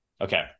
Okay